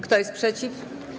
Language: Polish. Kto jest przeciw?